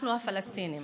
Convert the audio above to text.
אנחנו הפלסטינים